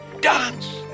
Dance